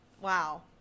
Wow